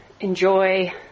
enjoy